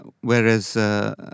Whereas